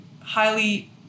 highly